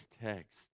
text